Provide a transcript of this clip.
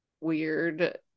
weird